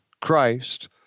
Christ